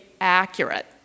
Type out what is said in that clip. accurate